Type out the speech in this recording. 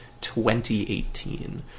2018